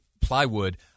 plywood